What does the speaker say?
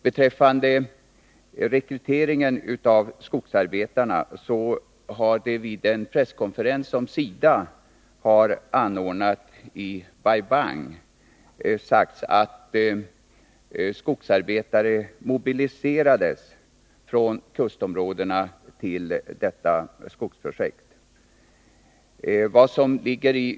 Beträffande rekryteringen av skogsarbetarna har det vid en presskonferens som SIDA anordnade i Bai Bang sagts att skogsarbetare mobiliserades från kustområdena till detta skogsprojekt.